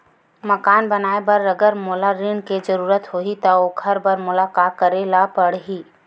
मकान बनाये बर अगर मोला ऋण के जरूरत होही त ओखर बर मोला का करे ल पड़हि?